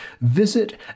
Visit